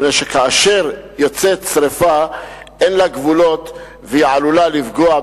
מפני שכאשר יוצאת שרפה אין לה גבולות והיא עלולה לפגוע,